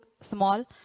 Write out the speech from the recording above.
small